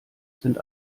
sind